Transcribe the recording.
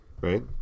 right